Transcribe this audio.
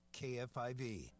KFIV